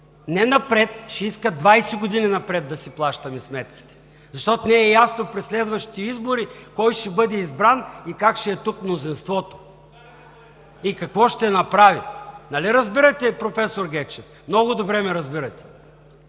не напред, ще искат двадесет години напред да си плащаме сметките, защото не е ясно при следващите избори кой ще бъде избран, как ще е тук мнозинството и какво ще направи. Нали разбирате, професор Гечев? Много добре ме разбирате.